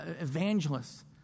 evangelists